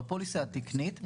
בפוליסה התקנית בעצם,